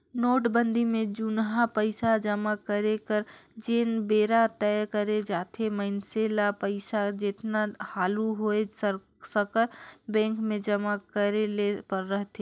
नोटबंदी में जुनहा पइसा जमा करे कर जेन बेरा तय करे जाथे मइनसे ल पइसा जेतना हालु होए सकर बेंक में जमा करे ले रहथे